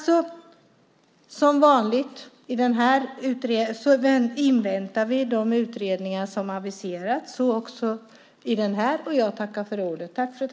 Som vanligt inväntar vi de utredningar som har aviserats, så också den här. Jag tackar för ordet.